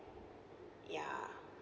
ya